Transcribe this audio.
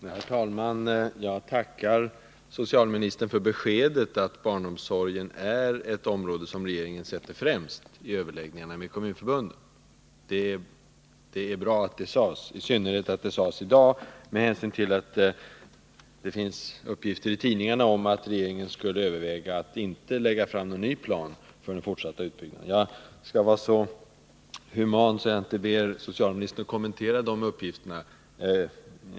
Herr talman! Jag tackar socialministern för beskedet att barnomsorgen är ett område som regeringen sätter främst i överläggningarna med Kommunförbundet. Det var bra att det sades, i synnerhet att det skedde i dag, med hänsyn till att det finns uppgifter i tidningarna om att regeringen skulle överväga att inte lägga fram någon ny plan för den fortsatta utbyggnaden. Jag skall vara så human att jag inte ber socialministern kommentera dessa uppgifter.